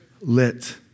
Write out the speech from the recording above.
lit